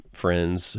friends